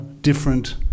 different